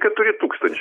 keturi tūkstančiai